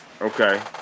Okay